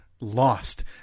lost